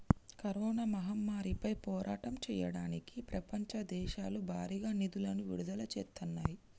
corona మహమ్మారిపై పోరాటం చెయ్యడానికి ప్రపంచ దేశాలు భారీగా నిధులను విడుదల చేత్తన్నాయి